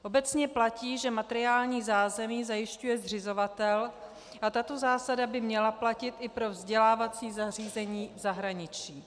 Obecně platí, že materiální zázemí zajišťuje zřizovatel a tato zásada by měla platit i pro vzdělávací zařízení v zahraničí.